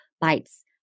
bites